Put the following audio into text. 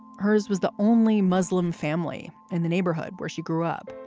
hers was the only muslim family in the neighborhood where she grew up.